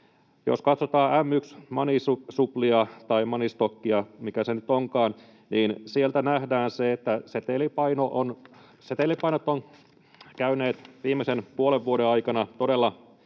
stockia — mikä se nyt onkaan — niin sieltä nähdään se, että setelipainot ovat käyneet viimeisen puolen vuoden aikana todella